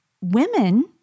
women